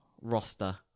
Roster